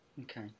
Okay